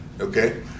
okay